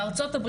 בארה"ב